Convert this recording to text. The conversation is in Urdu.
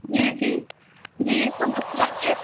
جی جی جی یہ تو مسٔلہ جو ہے